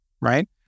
right